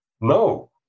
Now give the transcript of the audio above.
No